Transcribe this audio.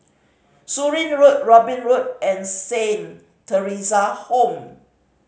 Surin Road Robin Road and Saint Theresa Home